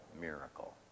miracle